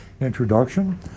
introduction